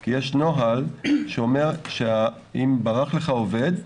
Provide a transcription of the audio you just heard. כי יש נוהל שאומר שאם ברח לך עובד,